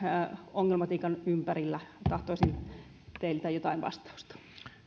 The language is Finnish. ongelmatiikan ympäriltä tahtoisin teiltä jotain vastausta